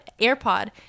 AirPod